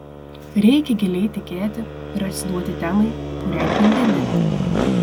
reikia giliai tikėti ir atsiduoti temai kurią gvildeni